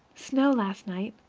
snow last night.